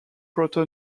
proto